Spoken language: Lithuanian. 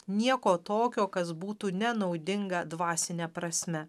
nieko tokio kas būtų nenaudinga dvasine prasme